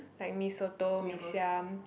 like Mee-Soto Mee-Siam